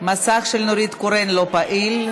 המסך של נורית קורן לא פעיל,